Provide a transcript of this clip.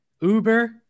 Uber